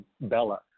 bella